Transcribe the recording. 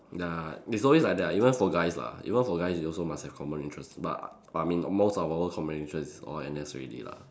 ya it's always like that lah even for guys lah even for guys is also must have common interest but I mean most our common interest is all N_S already lah